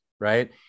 right